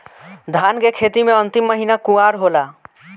धान के खेती मे अन्तिम महीना कुवार होला?